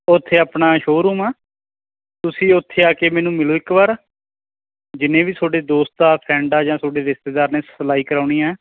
ਉੱਥੇ ਆਪਣਾ ਸ਼ੋਰੂਮ ਆ ਤੁਸੀਂ ਉੱਥੇ ਆ ਕੇ ਮੈਨੂੰ ਮਿਲੋ ਇੱਕ ਵਾਰ ਜਿੰਨੇ ਵੀ ਤੁਹਾਡੇ ਦੋਸਤ ਆ ਫਰੈਂਡ ਆ ਜਾਂ ਤੁਹਾਡੇ ਰਿਸ਼ਤੇਦਾਰ ਨੇ ਸਿਲਾਈ ਕਰਵਾਉਣੀ ਹੈ